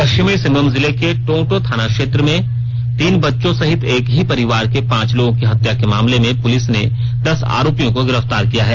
पश्चिमी सिंहभूम जिले के टोंटो थाना क्षेत्र में तीन बच्चो सहित एक ही परिवार के पांच लोगों की हत्या के मामले में पूलिस ने दस आरोपियों को गिरफतार किया है